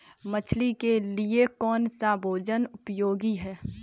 मछली के लिए कौन सा भोजन उपयोगी है?